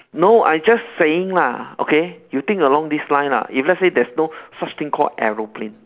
no I just saying lah okay you think along this line lah if let's say there's no such thing call aeroplane